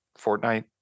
Fortnite